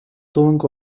doing